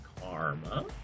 Karma